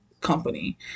company